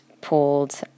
pulled